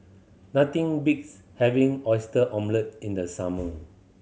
nothing having Oyster Omelette in the summer